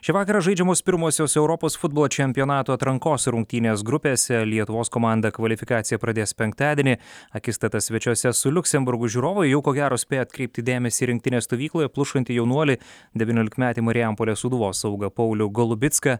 šį vakarą žaidžiamos pirmosios europos futbolo čempionato atrankos rungtynės grupėse lietuvos komanda kvalifikaciją pradės penktadienį akistata svečiuose su liuksemburgu žiūrovai jau ko gero spėjo atkreipti dėmesį į rinktinės stovykloje plušantį jaunuolį devyniolikmetį marijampolės sūduvos saugą paulių golubicką